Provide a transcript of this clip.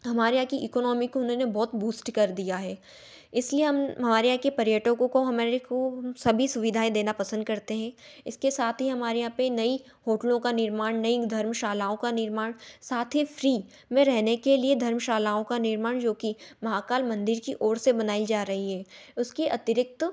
हमारे यहाँ की इकोनॉमी को उन्होंने बहुत बूस्ट कर दिया है इसलिए हम हमारे यहाँ के पर्यटकों को हमारे को सभी सुविधाएँ देना पसंद करते हैं इसके साथ ही हमारे यहाँ पर नई होटलों का निर्माण नई धर्मशालाओं का निर्माण साथ ही फ़्री में रहने के लिए धर्मशालाओं का निर्माण जो कि महाकाल मंदिर की ओर से बनाई जा रही है उसके अतिरिक्त